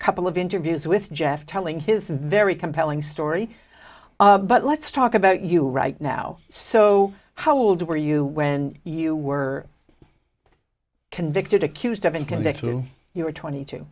a couple of interviews with jeff telling his very compelling story but let's talk about you right now so how old were you when you were convicted accused of in connection to your twenty two